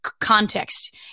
context